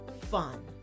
fun